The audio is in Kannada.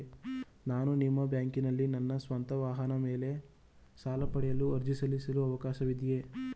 ನಾನು ನಿಮ್ಮ ಬ್ಯಾಂಕಿನಲ್ಲಿ ನನ್ನ ಸ್ವಂತ ವಾಹನದ ಮೇಲೆ ಸಾಲ ಪಡೆಯಲು ಅರ್ಜಿ ಸಲ್ಲಿಸಲು ಅವಕಾಶವಿದೆಯೇ?